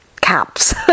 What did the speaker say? caps